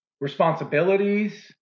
responsibilities